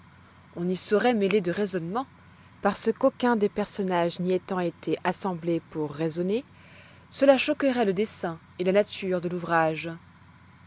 on n'y sauroit méler de raisonnements parce qu'aucuns des personnages n'y ayant été assemblés pour raisonner cela choqueroit le dessein et la nature de l'ouvrage